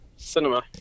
cinema